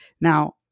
Now